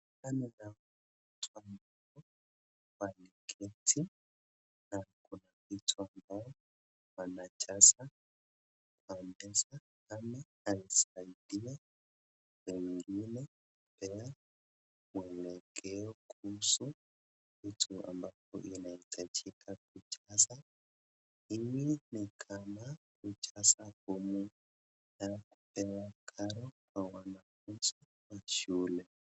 Hapa ninaona watu ambao wameketi na kuna vitu ambayo wanajaza kwa meza ama anasaidia wengine kupea mwelekeo kuhusu kitu ambapo inahitajika kujaza. Hii ni kama kujaza fomu ya kupewa karo kwa wanafunzi wa shule.